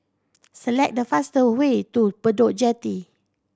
select the fastest way to Bedok Jetty